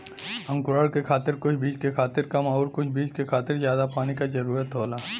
अंकुरण के खातिर कुछ बीज के खातिर कम आउर कुछ बीज के खातिर जादा पानी क जरूरत होला